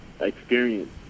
experience